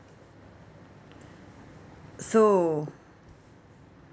so